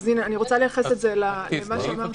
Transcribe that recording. אז, הנה, אני רוצה לייחס את זה למה שאמרת.